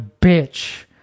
bitch